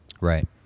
Right